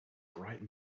bright